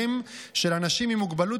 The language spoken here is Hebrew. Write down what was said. אנשים עם מוגבלות